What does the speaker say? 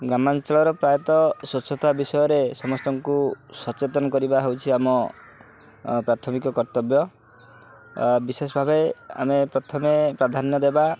ଗ୍ରାମାଞ୍ଚଳର ପ୍ରାୟତଃ ସ୍ୱଚ୍ଛତା ବିଷୟରେ ସମସ୍ତଙ୍କୁ ସଚେତନ କରିବା ହେଉଛି ଆମ ପ୍ରାଥମିକ କର୍ତ୍ତବ୍ୟ ବିଶେଷ ଭାବେ ଆମେ ପ୍ରଥମେ ପ୍ରାଧାନ୍ୟ ଦେବା